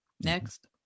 Next